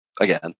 Again